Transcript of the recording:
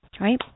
right